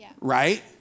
right